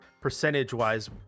percentage-wise